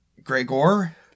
Gregor